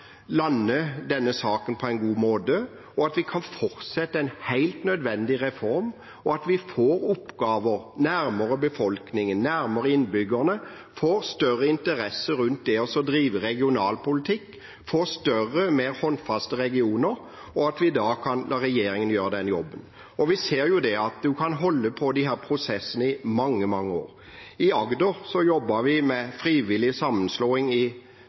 en helt nødvendig reform. Jeg håper også at vi får oppgaver nærmere befolkningen og innbyggerne, at vi får en større interesse rundt det å drive med regionalpolitikk, at vi får større og mer håndfaste regioner, og at vi da kan la regjeringen gjøre den jobben. Vi ser at man kan holde på med disse prosessene i mange år. I Agder jobbet vi med frivillig sammenslåing i